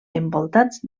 envoltats